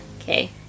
okay